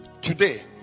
Today